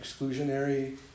exclusionary